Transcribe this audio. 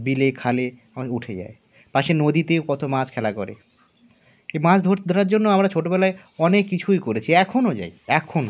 বিলে খালে উঠে যায় পাশে নদীতেও কতো মাছ খেলা করে এই মাছ ধর ধরার জন্য আমরা ছোটোবেলায় অনেক কিছুই করেছি এখনো যাই এখনো